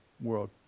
world